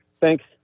thanks